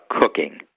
cooking